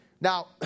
Now